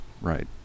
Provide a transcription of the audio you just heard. right